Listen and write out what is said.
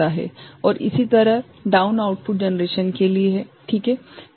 और इसी तरह डाउन आउटपुट जेनेरेशन के लिए है ठीक है